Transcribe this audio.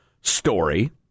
story